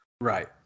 right